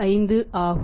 785 ஆகும்